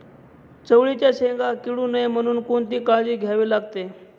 चवळीच्या शेंगा किडू नये म्हणून कोणती काळजी घ्यावी लागते?